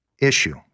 issue